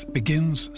begins